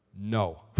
no